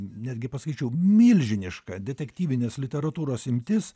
netgi pasakyčiau milžiniška detektyvinės literatūros imtis